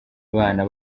abana